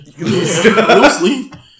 loosely